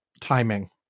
timing